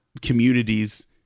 communities